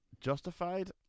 Justified